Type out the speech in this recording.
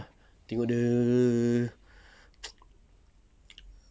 tengok dia